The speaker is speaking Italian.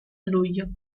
luglio